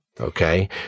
Okay